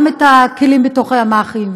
וגם את הכלים בתוך הימ"חים,